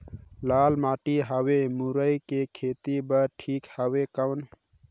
लाल माटी हवे मुरई के खेती बार ठीक हवे कौन?